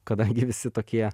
kadangi visi tokie